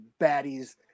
baddies